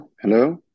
hello